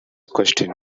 question